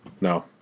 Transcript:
no